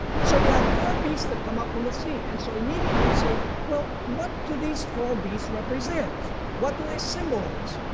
so you have four beast that come up from the sea and so immediately you'd say, well, what do these four beasts represent? what do they symbolize?